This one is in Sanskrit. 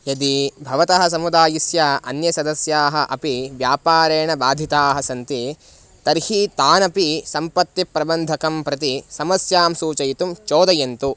यदि भवतः समुदायस्य अन्याः सदस्याः अपि व्यापारेण बाधिताः सन्ति तर्हि तानपि सम्पत्तिप्रबन्धकं प्रति समस्यां सूचयितुं चोदयन्तु